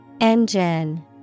Engine